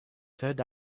third